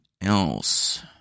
else